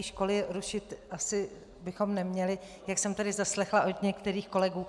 Školy rušit asi bychom neměli, jak jsem tady zaslechla od některých kolegů.